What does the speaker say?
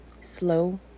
slow